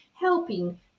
helping